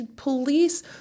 Police